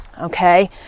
okay